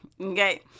Okay